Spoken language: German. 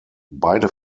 beide